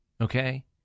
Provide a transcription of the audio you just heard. okay